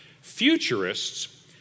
Futurists